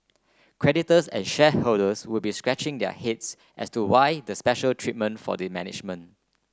creditors and shareholders would be scratching their heads as to why the special treatment for the management